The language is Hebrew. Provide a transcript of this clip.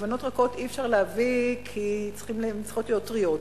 גבינות רכות אי-אפשר להביא כי הן צריכות להיות טריות.